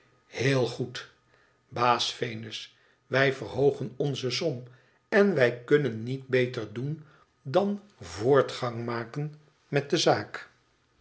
heel goed baas venus wij verhoogen onze som en wij kunnen niet beter doen dan voortgang mailen met de zaak